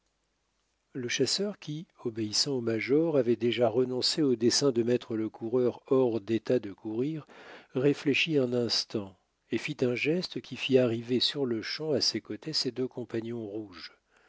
le chasseur qui obéissant au major avait déjà renoncé au dessein de mettre le coureur hors d'état de courir réfléchit un instant et fit un geste qui fit arriver sur-le-champ à ses côtés ses deux compagnons rouges